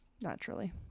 Naturally